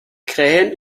krähen